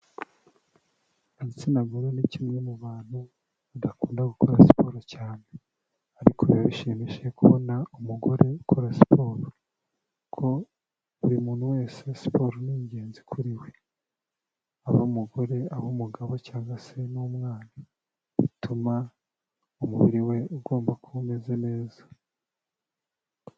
Igitsina gore ni kimwe mu bantu badakunda gukora siporo cyane ariko biba bishimishije kubona umugore ukora siporo kuko buri muntu wese siporo ni ingenzi kuri we, abe umugore, abe umugabo cyangwa se n'umwana, bituma umubiri we ugomba kuba umeze neza.